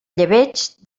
llebeig